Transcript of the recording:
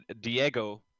Diego